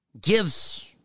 Gives